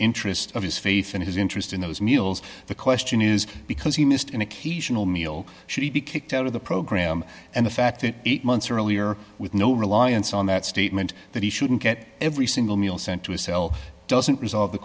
interest of his faith and his interest in those meals the question is because he missed an occasional meal should he be kicked out of the program and the fact that eight months earlier with no reliance on that statement that he shouldn't get every single meal sent to a cell doesn't resolve the